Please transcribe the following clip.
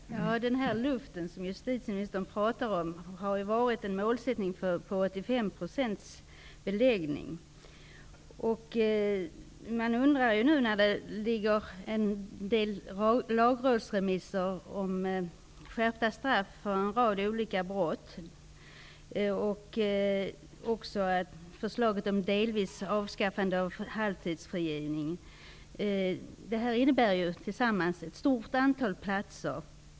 Fru talman! Den luft som justitieministern pratar om har varit en målsättning vid 85 % beläggning. Nu föreligger lagrådsremisser om skärpta straff för en rad olika brott och även förslag om att delvis avskaffa halvtidsfrigivningen. Detta innebär tillsammans behov av ett stort antal platser.